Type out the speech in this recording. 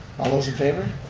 all those in favor?